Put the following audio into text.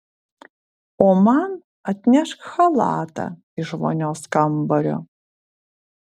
o man atnešk chalatą iš vonios kambario